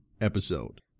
episode